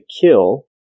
kill